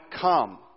come